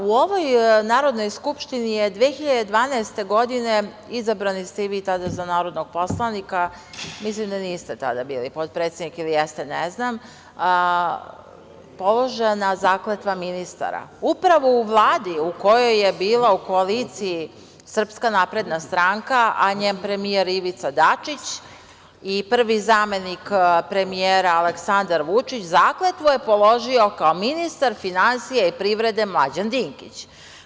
U ovoj Narodnoj skupštini je 2012. godine, izabrani ste i vi tada za narodnog poslanika, mislim da niste tada bili potpredsednik, ili jeste, ne znam, položena zakletva ministara, upravo u Vladi u kojoj je bila u koalicija SNS, a njen premijer Ivica Dačić i prvi zamenik premijera Aleksandar Vučić, zakletvu je položio kao ministar finansija i privrede Mlađan Dinkić.